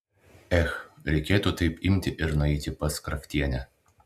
ech reikėtų taip imti ir nueiti pas kraftienę